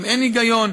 אם אין היגיון,